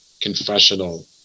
confessional